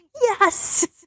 yes